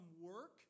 work